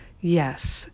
Yes